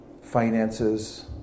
finances